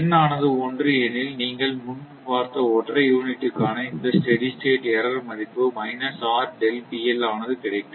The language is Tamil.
n ஆனது 1 எனில் நீங்கள் முன்பு பார்த்த ஒற்றை யூனிட்டுக்கான இந்த ஸ்டெடி ஸ்டேட் எர்ரர் மதிப்பு ஆனது கிடைக்கும்